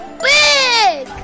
big